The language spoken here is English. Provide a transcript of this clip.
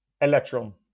electron